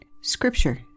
Scripture